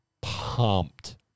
pumped